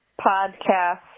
podcast